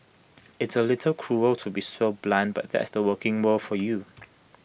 i's A little cruel to be so blunt but that's the working world for you